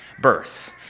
birth